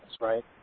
right